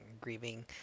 grieving